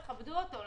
תכבדו אותו.